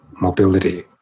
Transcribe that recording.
mobility